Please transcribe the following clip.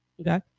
okay